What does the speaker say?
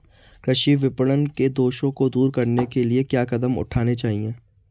कृषि विपणन के दोषों को दूर करने के लिए क्या कदम उठाने चाहिए?